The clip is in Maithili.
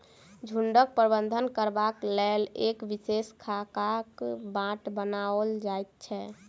झुंडक प्रबंधन करबाक लेल एक विशेष खाकाक बाट बनाओल जाइत छै